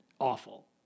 awful